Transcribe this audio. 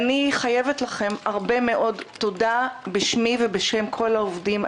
הרבה מאוד תודה בשמי ובשם כל העובדים.